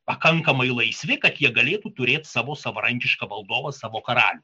pakankamai laisvi kad jie galėtų turėti savo savarankišką valdovą savo karalių